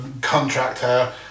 contractor